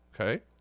Okay